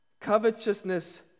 covetousness